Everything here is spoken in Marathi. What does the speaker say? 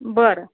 बरं